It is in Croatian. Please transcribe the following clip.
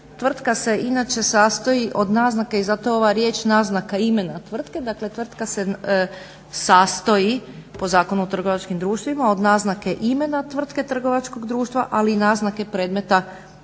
tvrtka se inače sastoji od naznaka i zato je ova riječ naznaka imena tvrtke, dakle tvrtka se sastoji po Zakonu o trgovačkim društvima od naznake imena tvrtke trgovačkog društva, ali i naznake predmeta